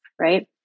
right